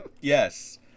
Yes